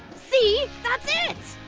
see? that's it!